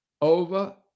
over